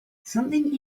something